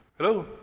Hello